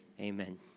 Amen